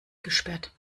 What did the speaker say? gesperrt